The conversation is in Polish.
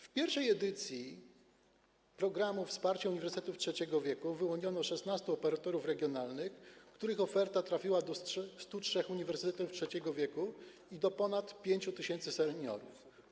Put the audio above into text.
W pierwszej edycji programu „Wsparcie uniwersytetów trzeciego wieku” wyłoniono 16 operatorów regionalnych, których oferta trafiła do 103 uniwersytetów trzeciego wieku i do ponad 5 tys. seniorów.